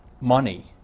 money